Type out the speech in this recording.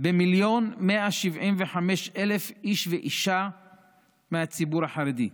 במיליון ו-175,000 איש ואישה בציבור החרדי.